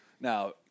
Now